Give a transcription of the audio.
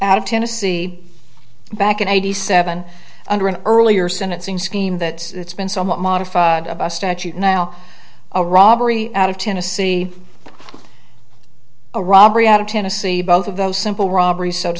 of tennessee back in eighty seven under an earlier sentencing scheme that it's been somewhat modified of a statute now a robbery out of tennessee a robbery out of tennessee both of those simple robber